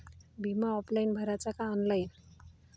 बिमा ऑफलाईन भराचा का ऑनलाईन?